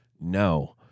No